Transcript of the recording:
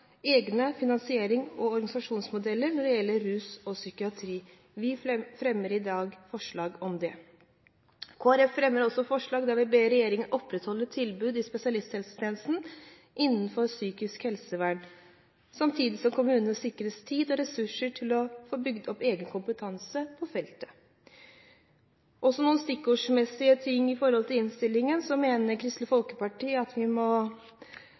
egne finansierings- og organisasjonsmodeller når det gjelder rus og psykiatri. Vi fremmer i dag forslag om det. Kristelig Folkeparti fremmer også forslag der vi «ber regjeringen opprettholde tilbudet i spesialisthelsetjenesten innenfor psykisk helsevern, samtidig som kommunene sikres tid og ressurser til å få bygget opp egen kompetanse på feltet». Så noen stikkordsmessige ting i forhold til innstillingen: Kristelig Folkeparti mener at vi må